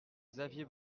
xavier